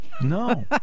No